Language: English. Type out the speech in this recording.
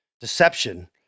deception